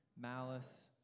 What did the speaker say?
malice